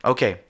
Okay